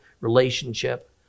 relationship